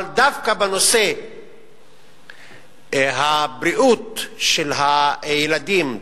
אבל דווקא בנושא הבריאות של הילדים,